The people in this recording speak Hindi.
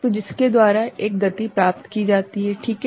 तो जिसके द्वारा एक गति प्राप्त की जाती है ठीक है